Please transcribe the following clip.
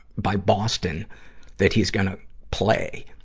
by boston that he's gonna play,